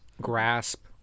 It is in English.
grasp